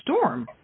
Storm